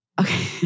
Okay